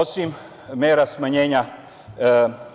Osim mera smanjenja